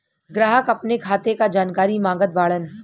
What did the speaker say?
ग्राहक अपने खाते का जानकारी मागत बाणन?